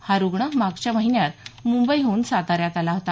हा रुग्ण मागच्या महिन्यात मुंबईहून साताऱ्यात आला होता